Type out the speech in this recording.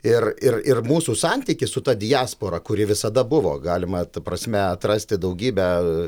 ir ir ir mūsų santykį su ta diaspora kuri visada buvo galima ta prasme atrasti daugybę